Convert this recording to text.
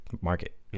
market